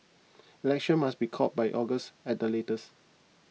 election must be called by August at the latest